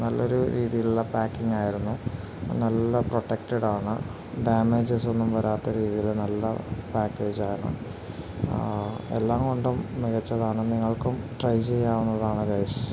നല്ല ഒരു രീതിയിലുള്ള പാക്കിങ്ങ് ആയിരുന്നു നല്ല പ്രൊട്ടക്റ്റഡ് ആണ് ഡാമേജസ് ഒന്നും വരാത്ത രീതിയിൽ നല്ല പാക്കേജ് ആണ് എല്ലാം കൊണ്ടും മികച്ചതാണ് നിങ്ങൾക്കും ട്രൈ ചെയ്യാവുന്നതാണ് ഗായിസ്